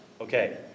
Okay